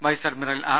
vice admiral R